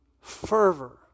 fervor